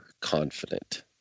confident